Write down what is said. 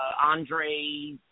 Andre